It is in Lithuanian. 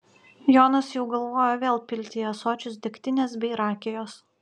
jonas jau galvojo vėl pilti į ąsočius degtinės bei rakijos